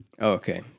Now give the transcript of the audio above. Okay